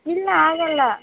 ಇಲ್ಲ ಆಗೊಲ್ಲ